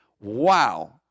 wow